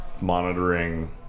monitoring